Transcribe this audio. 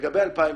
לגבי 2019